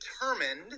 determined